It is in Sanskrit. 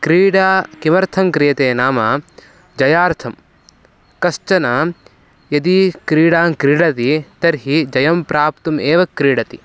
क्रीडा किमर्थं क्रियते नाम जयार्थं कश्चन यदि क्रीडां क्रीडति तर्हि जयं प्राप्तुम् एव क्रीडति